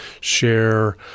share